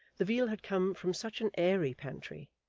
the veal had come from such an airy pantry,